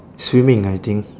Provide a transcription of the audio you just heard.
swimming I think